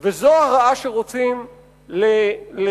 זו ה"רעה" שרוצים לבער.